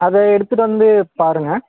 அதை எடுத்துகிட்டு வந்து பாருங்கள்